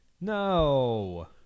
No